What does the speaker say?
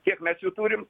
kiek mes jų turim